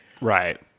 Right